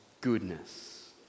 goodness